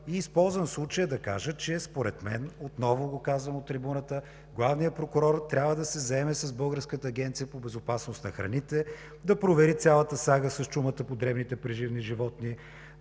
Използвам случая да кажа, че според мен, отново го казвам от трибуната, главният прокурор трябва да се заеме с Българската агенция по безопасност на храните. Да провери цялата сага с чумата по дребните преживни животни,